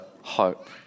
hope